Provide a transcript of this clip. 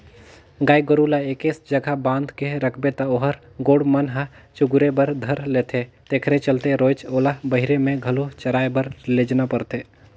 गाय गोरु ल एके जघा बांध के रखबे त ओखर गोड़ मन ह चगुरे बर धर लेथे तेखरे चलते रोयज ओला बहिरे में घलो चराए बर लेजना परथे